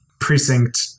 Precinct